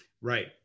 right